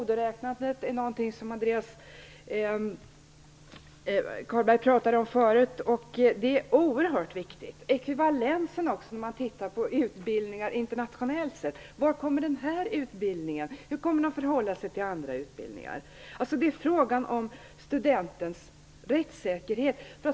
Det är oerhört viktigt, liksom ekvivalensen när man ser på utbildningar internationellt. Var kommer den här utbildningen in? Hur kommer den att förhålla sig till andra utbildningar? Det är fråga om studentens rättssäkerhet.